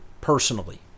personally